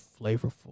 flavorful